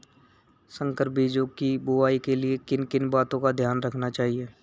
संकर बीजों की बुआई के लिए किन किन बातों का ध्यान रखना चाहिए?